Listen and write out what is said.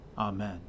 Amen